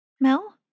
Mel